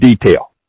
detail